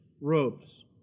robes